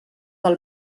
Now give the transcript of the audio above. del